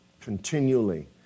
continually